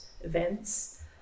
events